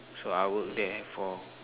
so I work there for